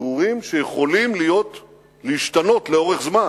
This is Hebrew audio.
ברורים שיכולים להשתנות לאורך זמן,